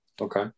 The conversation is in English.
Okay